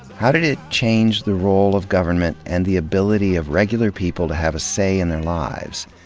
how did it change the role of government, and the ability of regu lar people to have a say in their lives,